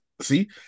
See